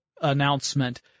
announcement